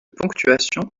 ponctuation